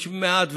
יש מעט,